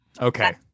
Okay